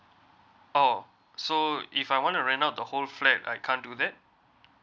oh so if I want to rent out the whole flat I can't do that